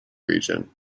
region